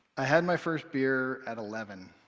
i had my first beer at eleven.